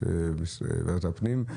יש את ועדת הפנים,